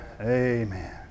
Amen